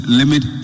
limit